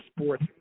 sports